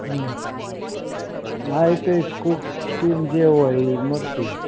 હં હા એ તો એ સ્કૂ સ્કીમ જે હોય એ મળતી હોય